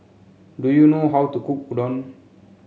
do you know how to cook Udon